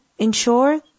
Ensure